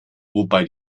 wobei